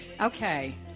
Okay